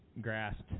grasped